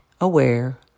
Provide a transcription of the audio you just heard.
aware